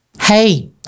Hey